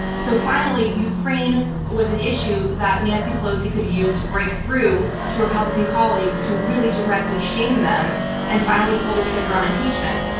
so finally, ukraine was an issue that nancy pelosi could use to break through to republican colleagues to really directly shame them and finally pull the trigger on impeachment.